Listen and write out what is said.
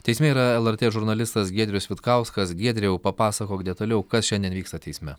teisme yra lrt žurnalistas giedrius vitkauskas giedriau papasakok detaliau kas šiandien vyksta teisme